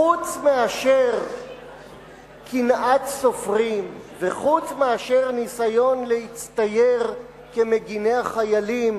חוץ מאשר קנאת סופרים וחוץ מאשר ניסיון להצטייר כמגיני החיילים,